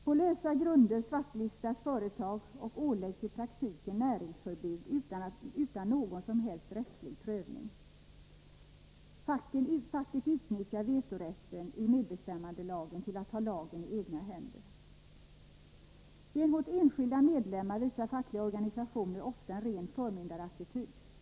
På lösa grunder svartlistas företag och åläggs i praktiken näringsförbud utan någon som helst rättslig prövning. Facket utnyttjar vetorätten i medbestämmandelagen till att ta lagen i egna händer. Gentemot enskilda medlemmar visar fackliga organisationer ofta en ren förmyndarattityd.